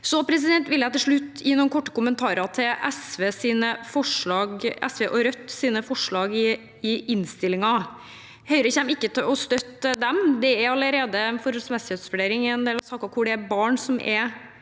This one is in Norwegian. Til slutt vil jeg gi noen korte kommentarer til SV og Rødts forslag i innstillingen. Høyre kommer ikke til å støtte dem. Det er allerede en forholdsmessighetsvurdering i en del av sakene hvor det er barn som er